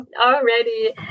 already